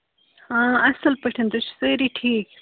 آ اَصٕل پٲٹھۍ تُہۍ چھِو سٲری ٹھیٖک